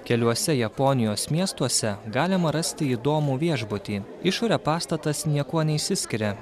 keliuose japonijos miestuose galima rasti įdomų viešbutį išore pastatas niekuo neišsiskiria